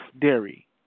dairy